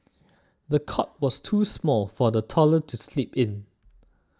the cot was too small for the toddler to sleep in